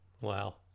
Wow